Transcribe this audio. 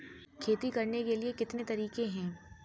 खेती करने के कितने तरीके हैं?